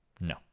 No